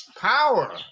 power